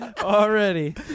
Already